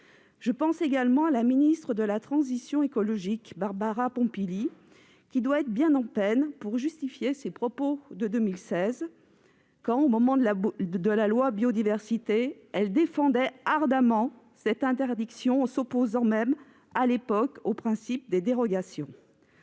Je pense également à la ministre de la transition écologique, Barbara Pompili, qui doit être bien en peine de justifier les propos qu'elle a tenus en 2016 quand, au moment de l'examen de la loi Biodiversité, elle défendait ardemment cette interdiction, en s'opposant même à l'époque au principe des dérogations.